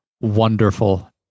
wonderful